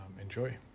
Enjoy